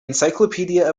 encyclopedia